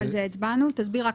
שותפות היא תמיד עוסק אחד.